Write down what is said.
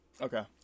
Okay